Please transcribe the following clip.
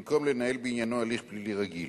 במקום לנהל בעניינו הליך פלילי רגיל.